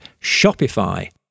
Shopify